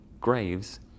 graves